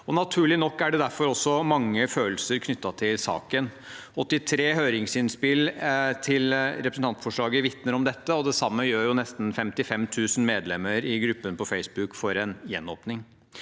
Naturlig nok er det derfor også mange følelser knyttet til saken. 83 høringsinnspill til representantforslaget vitner om dette, og det samme gjør nesten 55 000 medlemmer i gruppen på Facebook for en gjenåpning.